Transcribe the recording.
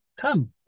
Come